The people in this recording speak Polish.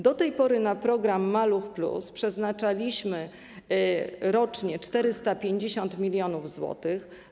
Do tej pory na program „Maluch+” przeznaczaliśmy rocznie 450 mln zł.